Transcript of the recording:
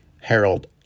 Harold